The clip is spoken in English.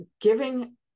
giving